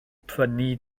prynu